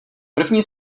první